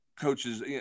coaches